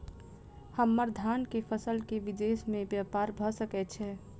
हम्मर धान केँ फसल केँ विदेश मे ब्यपार भऽ सकै छै?